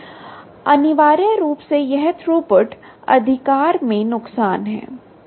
अनिवार्य रूप से यह थ्रूपुट अधिकार में नुकसान है